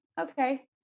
okay